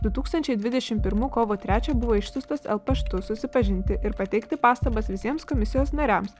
du tūkstančiai dvidešim pirmų kovo trečią buvo išsiųstas el paštu susipažinti ir pateikti pastabas visiems komisijos nariams